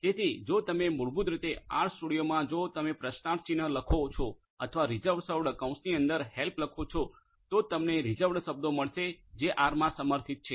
તેથી જો તમે મૂળભૂત રીતે આરસ્ટુડિયોમા જો તમે પ્રશ્નાર્થ ચિહ્ન લખો છો અથવા રીઝર્વડ કૌંસની અંદર હેલ્પ લખો છો તો તમને રીઝર્વડ શબ્દો મળશે જે આરમાં સમર્થિત છે